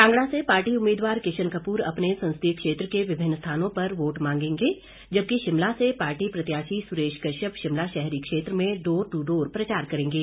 कांगड़ा से पार्टी उम्मीदवार किशन कपूर अपने संसदीय क्षेत्र के विभिन्न स्थानों पर वोट मांगेंगे जबकि शिमला से पार्टी प्रत्याशी सुरेश कश्यप शिमला शहरी क्षेत्र में डोर दू डोर प्रचार करेंगे